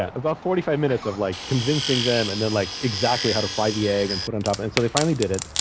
about forty five minutes of like convincing them and then like exactly how to fry the egg and put it on top. and so they finally did it.